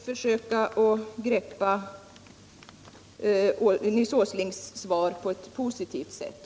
Herr talman! Låt mig då försöka ta emot Nils Åslings svar på ett positivt sätt.